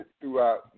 throughout